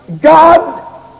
God